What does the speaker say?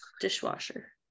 dishwasher